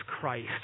Christ